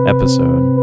Episode